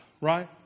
right